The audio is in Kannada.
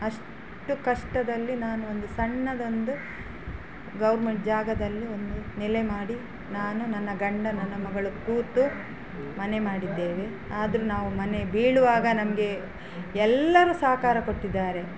ಅಷ್ಟು ಕಷ್ಟದಲ್ಲಿ ನಾನೊಂದು ಸಣ್ಣದೊಂದು ಗೌರ್ಮೆಂಟ್ ಜಾಗದಲ್ಲಿ ಒಂದು ನೆಲೆ ಮಾಡಿ ನಾನು ನನ್ನ ಗಂಡ ನನ್ನ ಮಗಳು ಕೂತು ಮನೆ ಮಾಡಿದ್ದೇವೆ ಆದರು ನಾವು ಮನೆ ಬೀಳುವಾಗ ನಮಗೆ ಎಲ್ಲರು ಸಹಕಾರ ಕೊಟ್ಟಿದ್ದಾರೆ